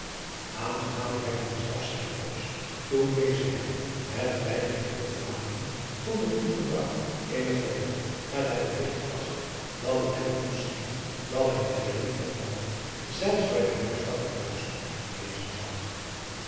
aangenaam werd hem zelfs zijne komst toen deze hem met bijgevoegde vermaningen tot een goed gedrag in het vervolg met het berigt verraste dat het hem toescheen dat hij niet geheel onwellekom zelfs bij de huisvrouw van buisman wezen zou